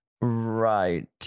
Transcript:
Right